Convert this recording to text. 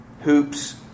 Hoops